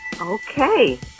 okay